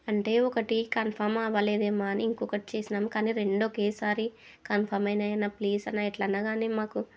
అంటే ఒకటి కన్ఫామ్ అవ్వలేదేమో అని ఇంకొకటి చేసినాము కానీ రెండు ఒకేసారి కన్ఫామ్ అయినయినా ప్లీజ్ అన్నా ఎట్లైనా కానీ మాకు